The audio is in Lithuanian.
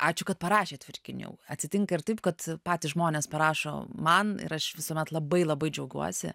ačiū kad parašėt virginijau atsitinka ir taip kad patys žmonės parašo man ir aš visuomet labai labai džiaugiuosi